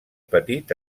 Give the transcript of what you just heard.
petit